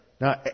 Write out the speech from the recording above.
Now